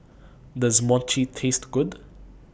Does Mochi Taste Good